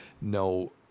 No